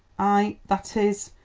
i that is,